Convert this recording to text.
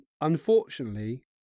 Unfortunately